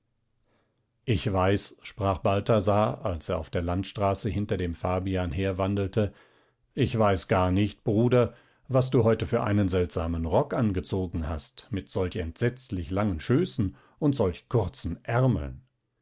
ich weiß sprach balthasar als er auf der landstraße hinter dem fabian herwandelte ich weiß gar nicht bruder was du heute für einen seltsamen rock angezogen hast mit solch entsetzlich langen schößen und solch kurzen ärmeln